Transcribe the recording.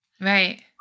Right